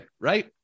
right